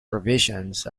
provisions